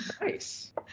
Nice